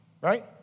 Right